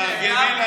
תתרגמי לנו,